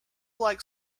like